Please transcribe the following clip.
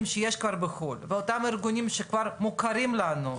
שיש כבר בחו"ל ואותם ארגונים שכבר מוכרים לנו,